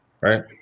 right